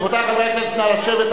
רבותי חברי הכנסת, נא לשבת.